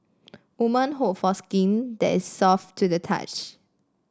woman hope for skin that is soft to the touch